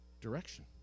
direction